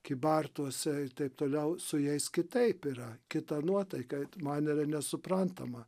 kybartuose ir taip toliau su jais kitaip yra kita nuotaika man yra nesuprantama